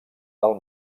del